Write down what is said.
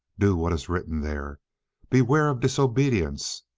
do what is written there beware of disobedience